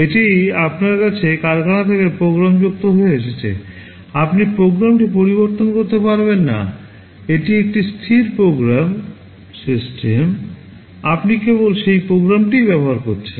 এটি আপনার কাছে কারখানা থেকে প্রোগ্রামযুক্ত হয়ে এসেছে আপনি প্রোগ্রামটি পরিবর্তন করতে পারবেন না এটি একটি স্থির প্রোগ্রাম সিস্টেম আপনি কেবল সেই প্রোগ্রামটিই ব্যবহার করছেন